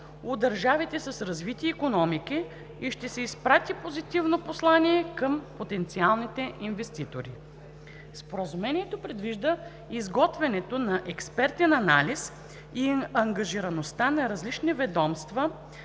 държавите с развити икономики и ще изпрати позитивно послание към потенциалните инвеститори. Споразумението предвижда изготвянето на експертен анализ и ангажираността на различни ведомства,